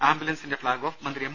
ആംബുലൻസിന്റെ flag off മന്ത്രി M